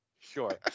Sure